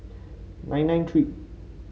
nine nine three